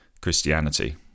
Christianity